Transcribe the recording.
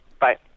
Bye